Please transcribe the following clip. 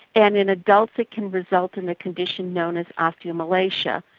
and in adults it can result in a condition known as osteomalacia.